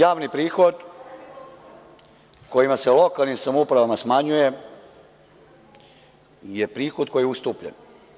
Javni prihod kojima se lokalnim samoupravama smanjuje, je prihod koji je ustupljen.